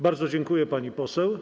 Bardzo dziękuję, pani poseł.